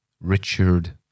Richard